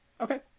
okay